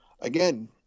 again